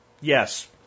yes